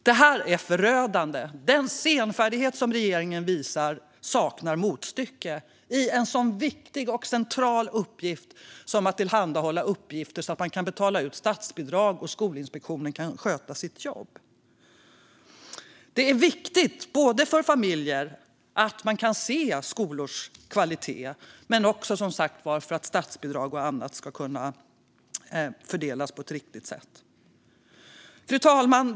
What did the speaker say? Det här är förödande. Den senfärdighet som regeringen visar i en så viktig och central uppgift som att tillhandahålla information som gör att man kan betala ut statsbidrag och att Skolinspektionen kan sköta sitt jobb saknar motstycke. Det är viktigt för familjer att kunna se skolors kvalitet. Som sagt är det också viktigt att statsbidrag och annat kan fördelas på ett riktigt sätt. Fru talman!